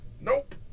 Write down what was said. Nope